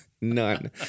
None